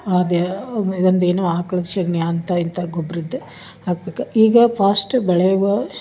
ಅದು ಒಂದು ಏನು ಆಕ್ಳು ಸಗ್ಣಿ ಅಂತ ಇಂತ ಗೊಬ್ಬರದು ಹಾಕಬೇಕು ಈಗ ಫಾಸ್ಟ್ ಬೆಳೆವ